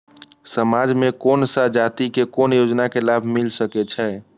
समाज में कोन सा जाति के कोन योजना के लाभ मिल सके छै?